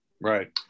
right